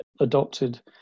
adopted